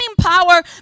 power